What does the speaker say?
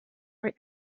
right